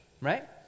right